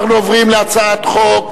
אנחנו עוברים להצעת חוק